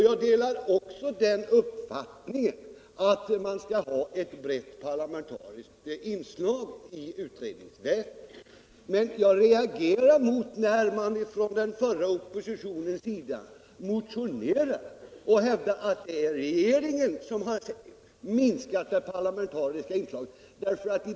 Jag delar också uppfattningen att det skall vara ett brett parlamentariskt inslag i utredningsväsendet. Men jag reagerar när man från den gamla oppositionens sida i motioner hävdar att det är den förra regeringen som har minskat det parlamentariska inslaget.